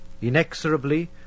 Inexorably